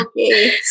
Okay